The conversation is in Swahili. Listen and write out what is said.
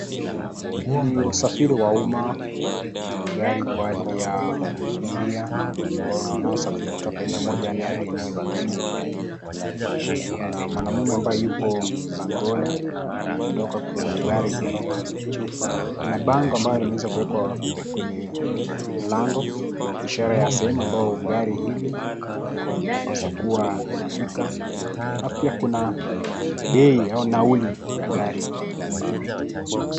Ni usafiri wa umma. Gari kwa ajili ya abiria ambao wanaosafiri kutoka eneo moja hadi eneo lingine. Kuna mwanaume ambaye yupo mlangoni, ameondoka kwenye gari hilo. Kuna bango ambayo limeweza kuwekwa kwenye mlango, ishara ya sehemu ambao gari hili linapaswa kuwa inafika, alafu pia kuna mbei au nauli ya gari ile.